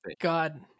God